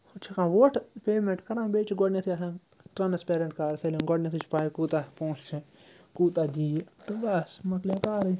ہُہ چھَکان وۄٹھ پیمٮ۪نٛٹ کَران بیٚیہِ چھِ گۄڈٕنٮ۪تھٕے آسان ٹرٛانَسپیرٮ۪نٛٹ کار سٲلِم گۄڈٕنٮ۪تھٕے چھِ پَے کوٗتاہ پونٛسہٕ چھِ کوٗتاہ دِی تہٕ بَس مَکلیو کارٕے